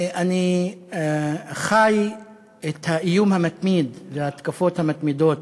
ואני חי את האיום המתמיד ואת ההתקפות המתמידות